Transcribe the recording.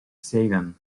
sagan